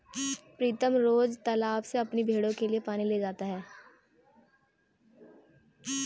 प्रीतम रोज तालाब से अपनी भेड़ों के लिए साफ पानी ले जाता है